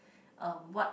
uh what